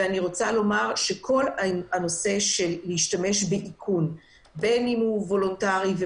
כל השימוש באיכון, וולונטרי או